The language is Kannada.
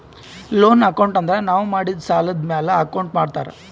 ಲೋನ್ ಅಕೌಂಟ್ ಅಂದುರ್ ನಾವು ಮಾಡಿದ್ ಸಾಲದ್ ಮ್ಯಾಲ ಅಕೌಂಟ್ ಮಾಡ್ತಾರ್